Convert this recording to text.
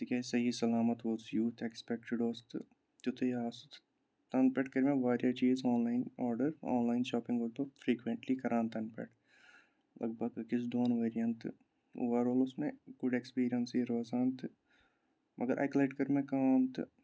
تِکیٛازِ صحٔی سَلامَت اوس یوٗت ایٚکٕس پیٚکٹِڈ اوس تہٕ تِتُے آو سٔہ تَنہٕ پٮ۪ٹھ کٔرۍ مےٚ وارِیاہ چیٖز online order online shopping ووتُم فِرٛیکونٛٹلی کَران تَنہٕ پٮ۪ٹھ لَک بَگ أکِس دۅن ؤرِۍیَن تہٕ اُوَر آل اوس مےٚ گُڈ ایٚکٕسپیٖرِیَنسٕے روزان تہٕ مَگَر اَکہِ لَٹہِ کٔر مےٚ کٲم تہٕ